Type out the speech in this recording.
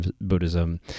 Buddhism